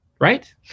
Right